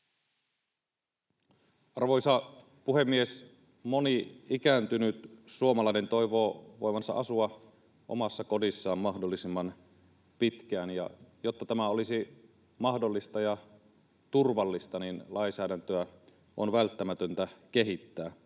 Arvoisa puhemies! Moni ikääntynyt suomalainen toivoo voivansa asua omassa kodissaan mahdollisimman pitkään, ja jotta tämä olisi mahdollista ja turvallista, niin lainsäädäntöä on välttämätöntä kehittää.